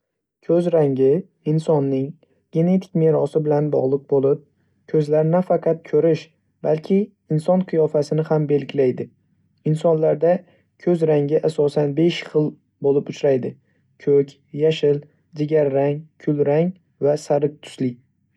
Ko‘z rangi insonning genetik merosi bilan bog‘liq bo‘lib, ko‘zlar nafaqat ko‘rish, balki inson qiyofasini ham belgilaydi. Insonlarda ko‘z rangi asosan besh xil bo‘lib uchraydi: ko‘k, yashil, jigarrang, kulrang va sariq tusli.